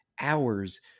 hours